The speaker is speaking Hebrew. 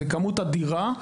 זו כמות אדירה.